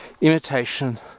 imitation